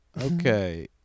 Okay